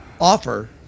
offer